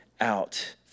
out